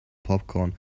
popcorn